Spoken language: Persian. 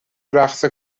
رقص